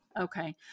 Okay